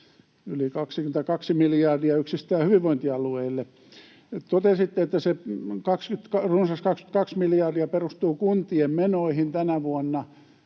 yli 22 miljardia yksistään hyvinvointialueille. Totesitte, että se runsas 22 miljardia perustuu kuntien menoihin tänä vuonna.